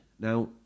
Now